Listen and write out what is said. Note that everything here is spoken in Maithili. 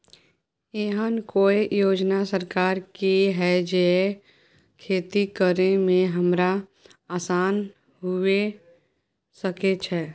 एहन कौय योजना सरकार के है जै खेती करे में हमरा आसान हुए सके छै?